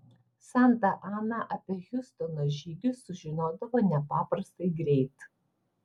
santa ana apie hiustono žygius sužinodavo nepaprastai greit